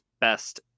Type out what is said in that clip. best